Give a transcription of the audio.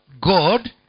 God